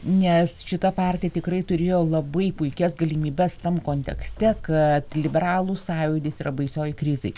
nes šita partija tikrai turėjo labai puikias galimybes tam kontekste kad liberalų sąjūdis yra baisioj krizėj